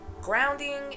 grounding